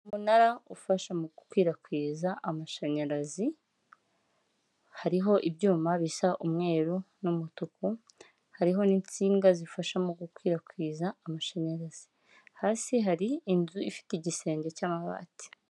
Umunara ufasha mu gukwirakwiza amashanyarazi hariho ibyuma bisa umweru n'umutuku, hariho n'insinga zifasha mu gukwirakwiza amashanyarazi, hasi hari inzu ifite igisenge cy'amabati.